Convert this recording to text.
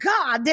God